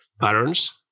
patterns